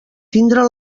tindre